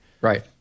Right